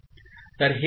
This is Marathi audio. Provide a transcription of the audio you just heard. तर हे कमी आहे